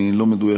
הן לא מדויקות.